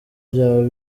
byaba